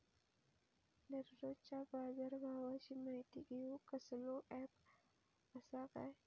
दररोजच्या बाजारभावाची माहिती घेऊक कसलो अँप आसा काय?